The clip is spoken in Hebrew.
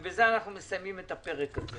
ובזה אנחנו מסיימים את הפרק הזה.